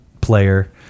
player